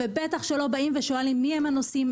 ובטח לא באים ושואלים מי הנוסעים,